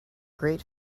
great